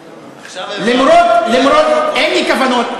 עכשיו, למרות, אין לי כוונות.